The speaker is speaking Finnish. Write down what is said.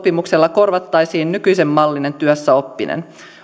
korvattaisiin nykyisen mallinen työssäoppiminen